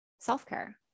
self-care